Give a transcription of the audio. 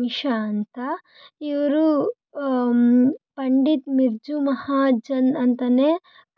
ಮಿಶ್ರಾ ಅಂತ ಇವರು ಪಂಡಿತ್ ಬಿರ್ಜು ಮಹಾಜನ್ ಅಂತಾನೆ